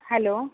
hello